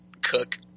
cook